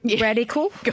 radical